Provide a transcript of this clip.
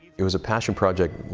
it was a passion project